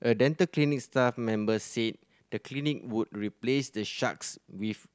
a dental clinic staff member said the clinic would replace the sharks with